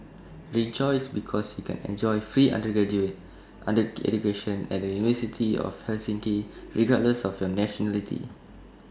rejoice because you can enjoy free undergraduate under education at the university of Helsinki regardless of your nationality